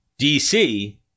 DC